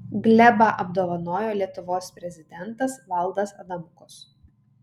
glebą apdovanojo lietuvos prezidentas valdas adamkus